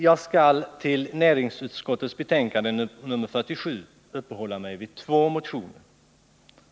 Jag skall uppehålla mig vid två motioner till näringsutskottets betänkande nr 47.